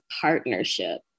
partnership